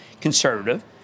conservative